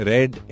Red